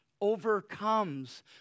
overcomes